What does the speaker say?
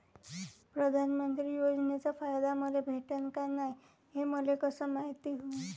प्रधानमंत्री योजनेचा फायदा मले भेटनं का नाय, हे मले कस मायती होईन?